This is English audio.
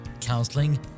counseling